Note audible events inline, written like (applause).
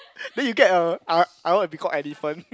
(laughs) then you get a I I want to be call elephant